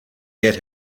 get